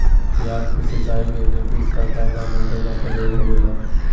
प्याज के सिंचाई के लिए किस प्रकार के मोटर का प्रयोग होवेला?